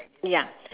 ya